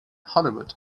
hollywood